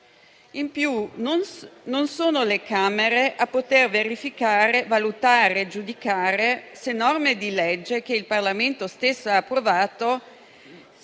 come non sono le Camere a poter verificare, valutare e giudicare se norme di legge, che il Parlamento stesso ha approvato,